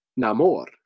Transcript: Namor